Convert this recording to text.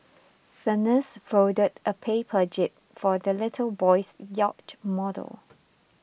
the nurse folded a paper jib for the little boy's yacht model